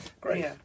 Great